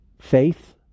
faith